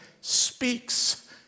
speaks